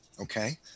Okay